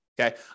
Okay